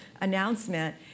announcement